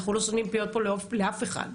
אנחנו לא סותמים פיות פה לאף אחד.